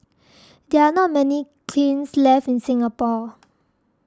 there are not many kilns left in Singapore